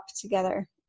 together